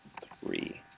Three